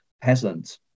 peasant